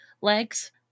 legs